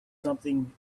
something